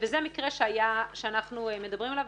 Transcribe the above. וזה המקרה שאנחנו מדברים עליו,